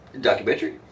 documentary